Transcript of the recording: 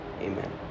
Amen